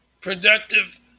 productive